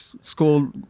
school